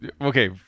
Okay